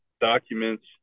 documents